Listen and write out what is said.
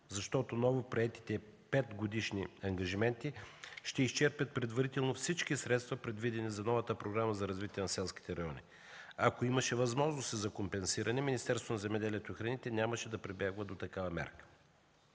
защото новоприетите петгодишни ангажименти ще изчерпят предварително всички средства, предвидени за новата Програма за развитие на селските райони. Ако имаше възможности за компенсиране, Министерството на